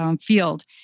Field